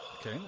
Okay